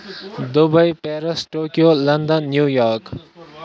Dubai Paris Tokyo London New York